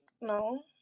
no